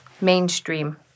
mainstream